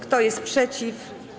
Kto jest przeciw?